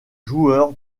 joueur